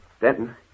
Denton